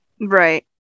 Right